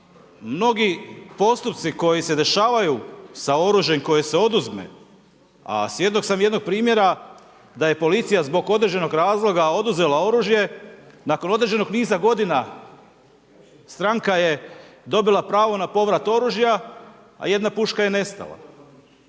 mnogi postupci koji se dešavaju sa oružjem koje se oduzme, a svjedok sam jednog primjera da je policija zbog određenog razloga oduzela oružje, nakon određenog niza godina stranka je dobila pravo na povrat oružja, a jedna puška je nestala.